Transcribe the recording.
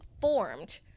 formed